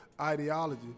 ideology